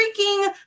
freaking